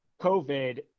COVID